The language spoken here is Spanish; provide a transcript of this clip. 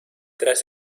tras